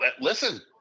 Listen